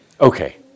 Okay